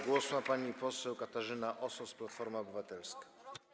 Głos ma pani poseł Katarzyna Osos, Platforma Obywatelska.